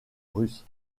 russe